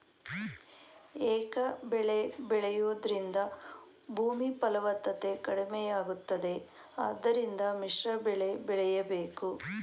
ಏಕಬೆಳೆ ಬೆಳೆಯೂದರಿಂದ ಭೂಮಿ ಫಲವತ್ತತೆ ಕಡಿಮೆಯಾಗುತ್ತದೆ ಆದ್ದರಿಂದ ಮಿಶ್ರಬೆಳೆ ಬೆಳೆಯಬೇಕು